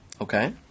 okay